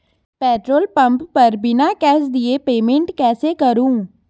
Petrol pump पर बिना cash दिए पेमेंट कैसे करूँ?